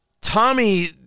Tommy